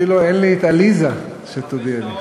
אפילו אין לי עליזה שתודיע לי.